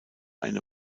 eine